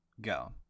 Go